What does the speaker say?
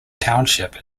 township